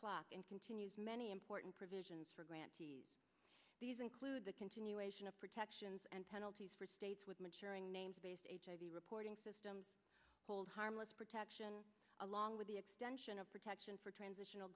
clock and continues many important provisions for grant these include the continuation of protections and penalties for states with maturing namespace hiv reporting system hold harmless protection along with the extension of protection for transitional